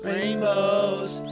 Rainbows